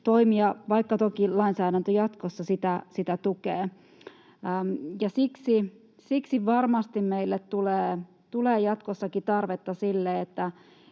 vaikka toki lainsäädäntö jatkossa sitä tukee. Siksi varmasti meille tulee jatkossakin tarvetta sille, että